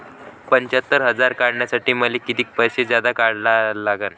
पंच्यात्तर हजार काढासाठी मले कितीक पैसे जादा द्या लागन?